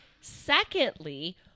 Secondly